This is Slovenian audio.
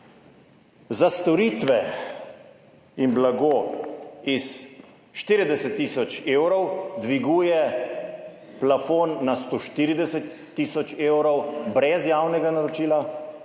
za storitve in blago iz 40 tisoč evrov dviguje plafon na 140 tisoč evrov, brez javnega naročila.